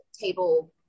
table